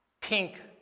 pink